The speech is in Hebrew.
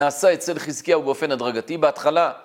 נעשה אצל חזקיהו באופן הדרגתי בהתחלה.